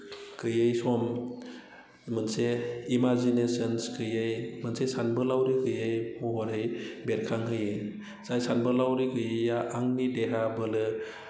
गैयै सम मोनसे इमाजिनेसन्स गैयै मोनसे सानबोलाउरि गैयै महरै बेरखांहोयो जाय सानबोलाउरि गैयैआ आंनि देहा बोलो